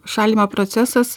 šaldymo procesas